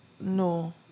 no